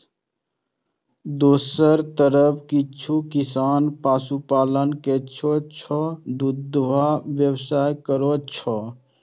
दोसर तरफ किछु किसान पशुपालन करै छै आ दूधक व्यवसाय करै छै